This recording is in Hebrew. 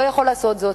לא יכול לעשות זאת.